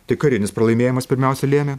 tai karinis pralaimėjimas pirmiausia lėmė